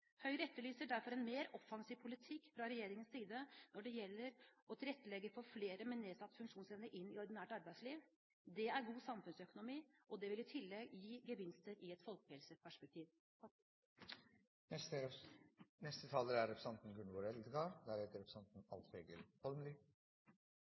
Høyre etterlyser derfor en mer offensiv politikk fra regjeringens side når det gjelder å tilrettelegge for å få flere med nedsatt funksjonsevne inn i ordinært arbeidsliv. Det er god samfunnsøkonomi, og det vil i tillegg gi gevinster i et folkehelseperspektiv. Tryggleik og fridom for alle – det er